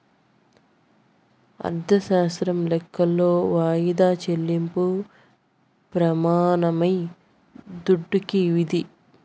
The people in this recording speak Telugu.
అర్ధశాస్త్రం లెక్కలో వాయిదా చెల్లింపు ప్రెమానమే దుడ్డుకి విధి